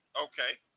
Okay